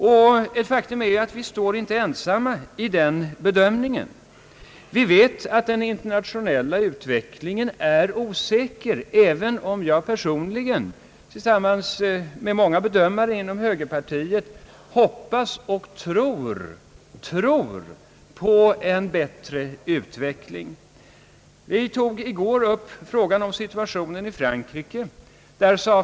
Ett faktum är att vi inte står ensamma i den bedömningen. Vi vet att den internationella utvecklingen är osäker, även om jag personligen tillsammans med många bedömare inom högerpartiet hoppas och tror på en bättre utveckling. Vi tog i går i riksdagen upp situationen i Frankrike.